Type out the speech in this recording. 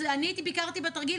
אני ביקרתי בתרגיל,